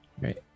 Right